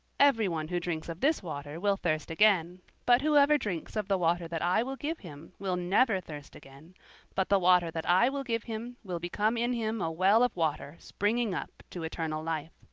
everyone who drinks of this water will thirst again but whoever drinks of the water that i will give him will never thirst again but the water that i will give him will become in him a well of water springing up to eternal life.